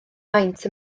maint